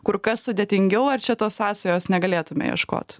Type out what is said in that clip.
kur kas sudėtingiau ar čia tos sąsajos negalėtume ieškot